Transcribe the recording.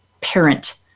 parent